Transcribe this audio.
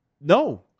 No